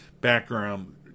background